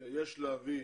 יש להביא